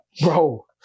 bro